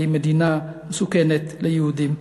שהיא מדינה מסוכנת ליהודים,